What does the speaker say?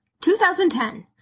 2010